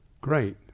Great